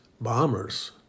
bombers